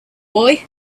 boy